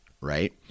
Right